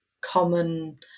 common